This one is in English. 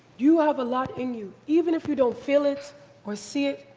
you have a lot in you even if you don't feel it or see it,